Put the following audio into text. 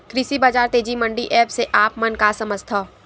कृषि बजार तेजी मंडी एप्प से आप मन का समझथव?